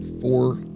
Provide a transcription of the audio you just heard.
four